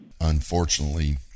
Unfortunately